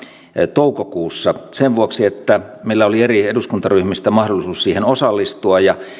toukokuussa sen vuoksi että meillä oli eri eduskuntaryhmistä mahdollisuus siihen osallistua ja